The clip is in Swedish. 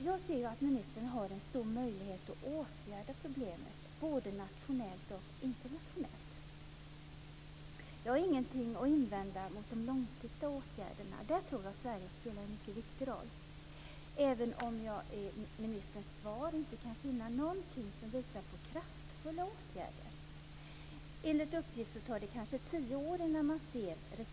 Jag ser att ministern har en stor möjlighet att åtgärda problemet både nationellt och internationellt. Jag har ingenting att invända mot de långsiktiga åtgärderna - där tror jag att Sverige spelar en mycket viktig roll - även om jag i ministerns svar inte kan finna någonting som visar på kraftfulla åtgärder. Enligt uppgift tar det kanske tio år innan man ser resultat.